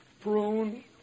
prune